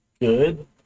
good